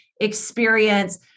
experience